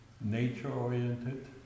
nature-oriented